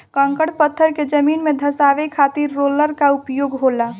कंकड़ पत्थर के जमीन में धंसावे खातिर रोलर कअ उपयोग होला